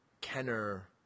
Kenner